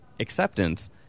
acceptance